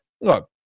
look